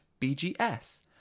BGS